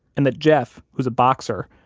and that jeff, who's a boxer,